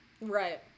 Right